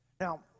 Now